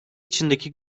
içindeki